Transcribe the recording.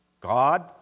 God